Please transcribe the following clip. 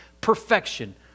perfection